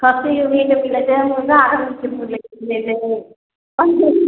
खस्सीके मीट मिलै छै मुर्गाके मीट मिलै छै